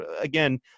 again